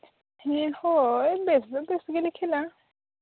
ᱦᱮᱸ ᱦᱳᱭ ᱵᱮᱥ ᱫᱚ ᱵᱮᱥ ᱜᱮᱞᱮ ᱠᱷᱮᱞᱟ